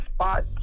spot